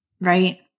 Right